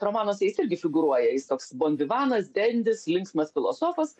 romanuose jis irgi figūruoja jis toks bonvivanas dendis linksmas filosofas